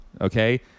okay